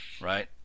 right